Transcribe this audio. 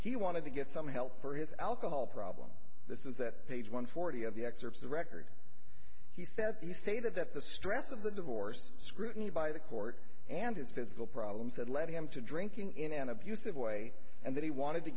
he wanted to get some help for his alcohol problem this is that page one forty of the excerpts of record he said he stated that the stress of the divorce scrutiny by the court and his physical problems that led him to drinking in an abusive way and that he wanted to